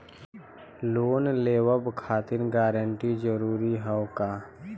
Loan लेवब खातिर guarantor जरूरी हाउ का?